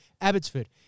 Abbotsford